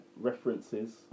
references